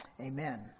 amen